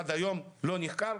עד היום זה לא נחקר.